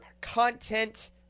content